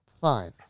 Fine